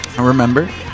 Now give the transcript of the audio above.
Remember